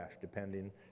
depending